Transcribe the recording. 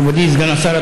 מכובדי סגן השר,